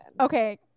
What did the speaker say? Okay